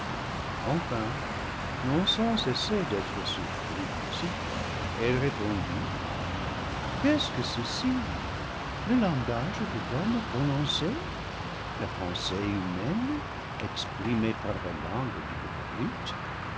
enfin non sans cesser d'être surprise elle répondit qu'est-ce que ceci le langage de l'homme prononcé la pensée humaine exprimée par la langue d'une brute